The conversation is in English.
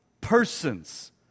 persons